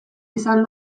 izan